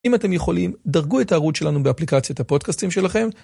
אם אתם יכולים, דרגו את הערוץ שלנו באפליקציית הפודקסטים שלכם.